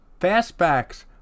fastbacks